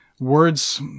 Words